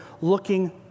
looking